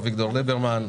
אביגדור ליברמן,